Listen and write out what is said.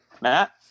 Matt